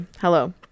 Hello